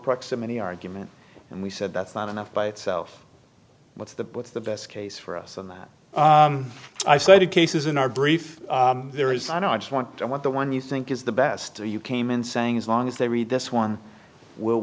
proximity argument and we said that's not enough by itself what's the what's the best case for us in that isolated cases in our brief there is and i just want i want the one you think is the best you came in saying as long as they read this one will